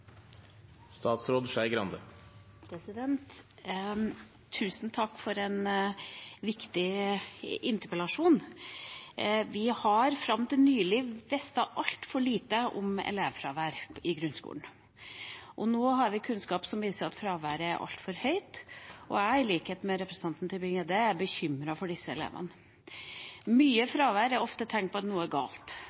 for en viktig interpellasjon. Vi har fram til nylig visst altfor lite om elevfravær i grunnskolen. Nå har vi kunnskap som viser at fraværet er altfor høyt, og jeg er, i likhet med representanten Tybring-Gjedde, bekymret for disse elevene. Mye fravær er ofte tegn på at noe er galt,